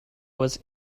was